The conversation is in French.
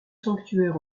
sanctuaires